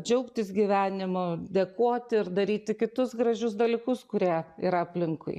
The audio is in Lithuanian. džiaugtis gyvenimu dėkoti ir daryti kitus gražius dalykus kurie yra aplinkui